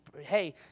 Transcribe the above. hey